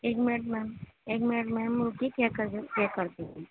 ایک minute ma'am ایک minute ma'am رکیے چیک کرتی ہوں